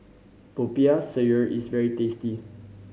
Popiah Sayur is very tasty